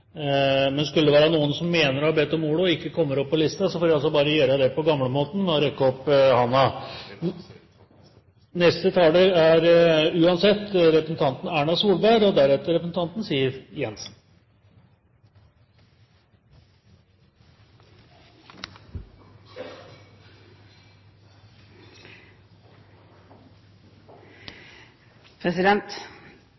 Men skulle det være noen som mener at de har bedt om ordet og ikke kommer opp på listen, må vi bare gjøre det på gamlemåten og rekke opp hånda. Neste taler er uansett representanten Erna Solberg, deretter representanten Siv Jensen.